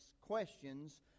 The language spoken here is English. questions